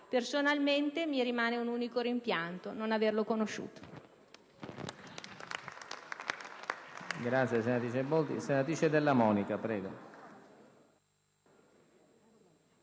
Personalmente, mi rimane un unico rimpianto: non averlo conosciuto.